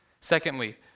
Secondly